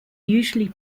usually